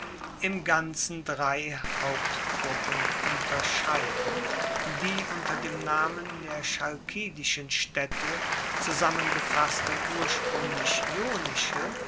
im ganzen drei hauptgruppen unterscheiden die unter dem namen der chalkidischen staedte zusammengefasste urspruenglich